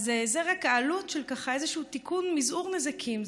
זו רק העלות של איזשהו תיקון, מזעור נזקים.